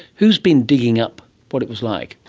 who has been digging up what it was like?